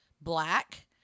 black